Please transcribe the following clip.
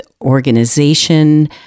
organization